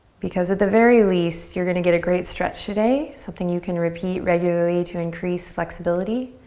because at the very least you're gonna get a great stretch today. something you can repeat regularly to increase flexibility.